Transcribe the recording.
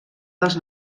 dels